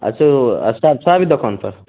अच्छे रस्ताभी छऽ दोकानपर